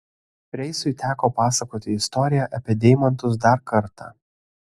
reisui teko pasakoti istoriją apie deimantus dar kartą